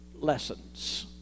lessons